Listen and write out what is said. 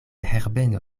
herbeno